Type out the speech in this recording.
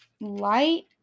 light